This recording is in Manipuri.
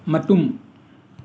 ꯃꯇꯨꯝ